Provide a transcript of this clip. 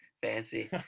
Fancy